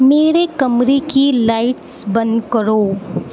میرے کمرے کی لائٹس بند کرو